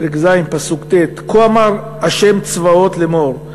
פרק ז' פסוק ט': 'כה אמר ה' צבאות לאמור: